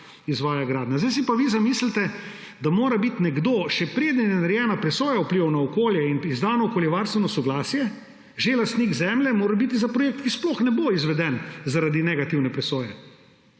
Zdaj si pa vi zamislite, da mora biti nekdo, še preden je narejena presoja vplivov na okolje in izdano okoljevarstveno soglasje, že lastnik zemlje, morebiti za projekt, ki sploh ne bo izveden zaradi negativne presoje.